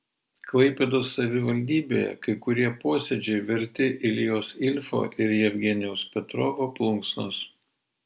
klaipėdos savivaldybėje kai kurie posėdžiai verti iljos ilfo ir jevgenijaus petrovo plunksnos